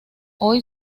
hoy